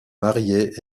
mariée